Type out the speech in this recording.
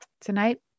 Tonight